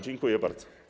Dziękuję bardzo.